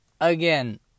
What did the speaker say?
again